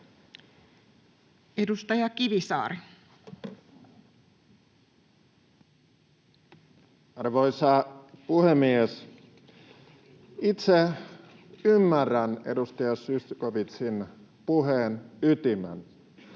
Edustaja Kivisaari. Arvoisa puhemies! Itse ymmärrän edustaja Zyskowiczin puheen ytimen.